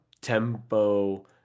tempo